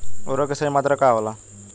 उर्वरक के सही मात्रा का होला?